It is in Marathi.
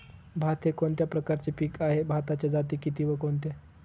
भात हे कोणत्या प्रकारचे पीक आहे? भाताच्या जाती किती व कोणत्या?